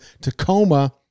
Tacoma